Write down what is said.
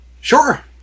Sure